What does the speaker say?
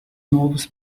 novos